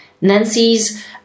Nancy's